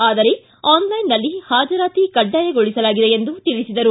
ಆದರೆ ಆನ್ಲೈನ್ನಲ್ಲಿ ಹಾಜರಾತಿ ಕಡ್ಡಾಯಗೊಳಿಸಲಾಗಿದೆ ಎಂದು ತಿಳಿಸಿದರು